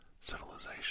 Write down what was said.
civilization